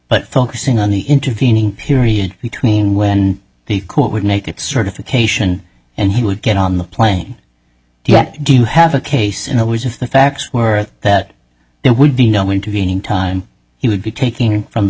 but focusing on the intervening period between when the court would make its certification and he would get on the plane do you have a case and it was if the facts were that there would be no intervening time he would be taking from the